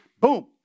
boom